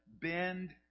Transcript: bend